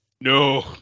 no